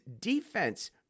defense